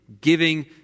giving